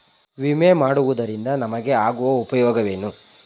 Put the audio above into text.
ವಿಮೆ ಮಾಡಿಸುವುದರಿಂದ ನಮಗೆ ಆಗುವ ಉಪಯೋಗವೇನು?